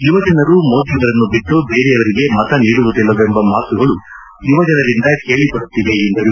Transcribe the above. ಯುವ ಜನರು ಮೋದಿಯರನ್ನು ಬಿಟ್ಟು ಬೇರೆಯವರಿಗೆ ಮತ ನೀಡುವುದಿಲ್ಲವೆಂಬ ಮಾತುಗಳು ಯುವಜನರಿಂದ ಕೇಳಿಬರುತ್ತಿವೆ ಎಂದರು